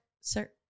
sir